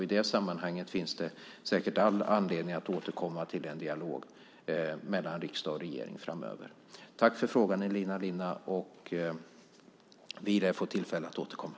I det sammanhanget finns det säkert all anledning att återkomma till en dialog mellan riksdag och regering framöver. Tack för frågan, Elina Linna! Vi lär få tillfälle att återkomma.